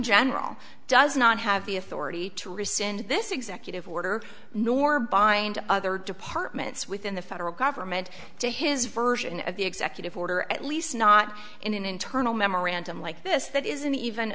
general does not have the authority to rescind this executive order nor bind other departments within the federal government to his version of the executive order at least not in an internal memorandum like this that isn't even